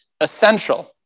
essential